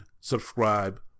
subscribe